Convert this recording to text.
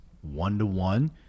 one-to-one